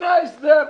לפני ההסדר,